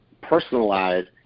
personalized